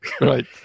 right